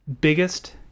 Biggest